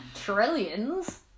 Trillions